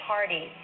Party